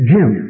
Jim